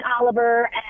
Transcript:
Oliver